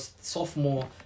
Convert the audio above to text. sophomore